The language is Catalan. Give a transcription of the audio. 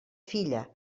filla